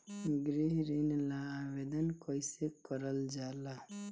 गृह ऋण ला आवेदन कईसे करल जाला?